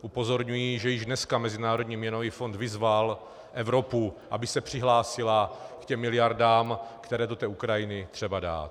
Upozorňuji, že již dneska Mezinárodní měnový fond vyzval Evropu, aby se přihlásila k těm miliardám, které je do té Ukrajiny třeba dát.